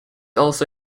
also